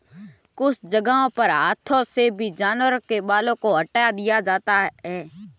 कुछ जगहों पर हाथों से भी जानवरों के बालों को हटा दिया जाता है